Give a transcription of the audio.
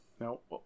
nope